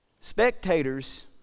Spectators